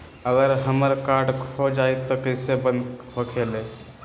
अगर हमर कार्ड खो जाई त इ कईसे बंद होकेला?